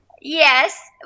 Yes